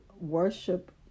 worship